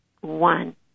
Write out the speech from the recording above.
one